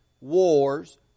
wars